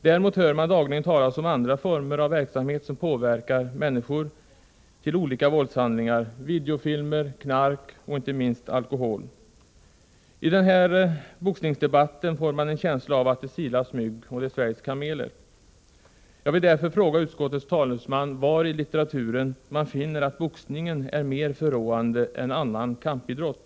Däremot hör man dagligen talas om andra former av verksamhet som påverkar människor till olika våldshandlingar — videofilmer, knark och inte minst alkohol. I den här boxningsdebatten får man en känsla av att det silas mygg och sväljs kameler. Jag vill därför fråga utskottets talesman var i litteraturen man finner att boxningen är mer förråande än annan kampidrott.